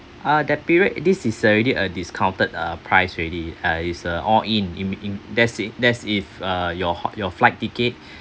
uh that period this is already a discounted uh price already uh it's a all in in in that's in that's if uh your ha~ your flight ticket